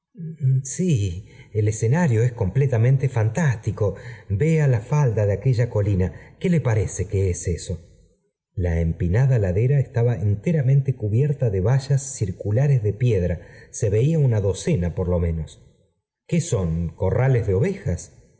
el escenario es completamente fantástico p vea la falda de aquella colina qué le parece que i es eso sk la empinada ladera estaba enteramente cují bierta de vallas circulares de piedra se veía una h docena por jo menos p qué son corrales de ovejas